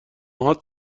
هات